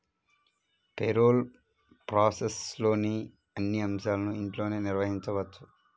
payroll ప్రాసెస్లోని అన్ని అంశాలను ఇంట్లోనే నిర్వహించవచ్చు